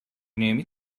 نمی